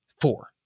four